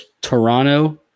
Toronto